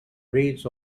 reeds